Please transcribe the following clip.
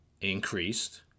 increased